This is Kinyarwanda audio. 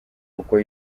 kuko